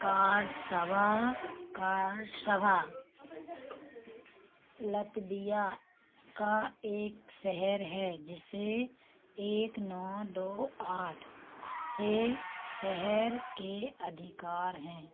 Karsava Karsava Latvia का एक शहर है जिसे एक नौ दो आठ से शहर के अधिकार हैं